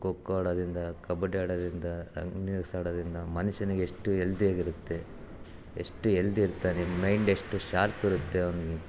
ಖೊ ಖೋ ಆಡೋದ್ರಿಂದ ಕಬಡ್ಡಿ ಆಡೋದ್ರಿಂದ running race ಆಡೋದ್ರಿಂದ ಮನುಷ್ಯನಿಗೆ ಎಷ್ಟು ಎಲ್ದಿ ಆಗಿರುತ್ತೆ ಎಷ್ಟು ಎಲ್ಡಿ ಇರ್ತಾನೆ ಮೈಂಡ್ ಎಷ್ಟು ಶಾರ್ಪ್ ಇರುತ್ತೆ ಅವ್ನಿಗೆ